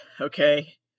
okay